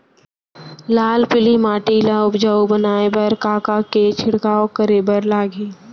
लाल पीली माटी ला उपजाऊ बनाए बर का का के छिड़काव करे बर लागही?